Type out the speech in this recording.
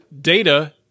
data